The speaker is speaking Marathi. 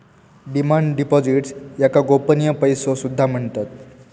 डिमांड डिपॉझिट्स याका गोपनीय पैसो सुद्धा म्हणतत